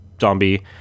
zombie